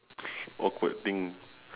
awkward thing